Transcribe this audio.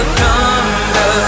thunder